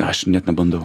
aš net nebandau